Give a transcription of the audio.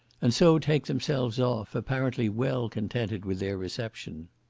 and so take themselves off, apparently well contented with their reception.